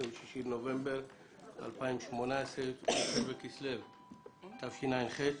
היום ה-26 בנובמבר 2018, י"ח בכסלו התשע"ט.